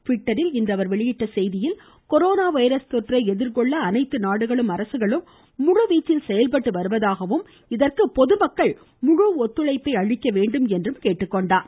ட்விட்டரில் இன்று அவர் வெளியிட்டுள்ள செய்தியில் கொரோனா வைரஸ் தொற்றை எதிர்கொள்ள அனைத்து நாடுகளும் அரசுகளும் முழுவீச்சில் செயல்பட்டு வருவதாகவும் இதற்கு பொதுமக்கள் முழு ஒத்துழைப்பை அளிக்க வேண்டும் என்றும் வலியுறுத்தியுள்ளார்